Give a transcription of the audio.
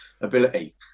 ability